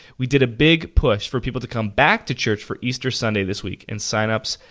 we did a big push for people to come back to church for easter sunday this week, and sign-ups,